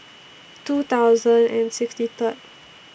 two thousand and sixty Third